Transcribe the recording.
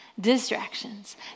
distractions